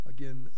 Again